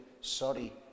sorry